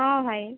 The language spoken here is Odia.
ହଁ ଭାଇ